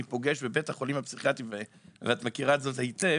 שאני פוגש בבית החולים הפסיכיאטרי, ואני אומר לו: